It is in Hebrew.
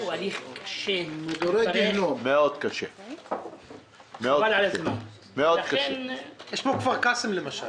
כי אין הרבה עמותות ערביות, לכן לא הצלחת למצוא.